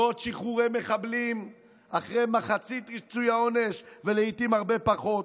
לא עוד שחרורי מחבלים אחרי מחצית ריצוי העונש ולעיתים הרבה פחות,